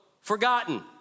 forgotten